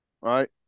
right